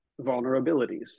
vulnerabilities